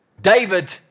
David